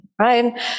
right